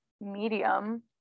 medium